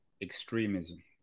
extremism